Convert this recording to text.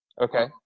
Okay